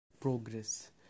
progress